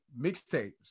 mixtapes